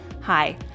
hi